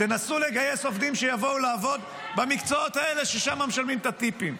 תנסו לגייס עובדים שיבואו לעבוד במקצועות האלה שבהם משלמים את הטיפים.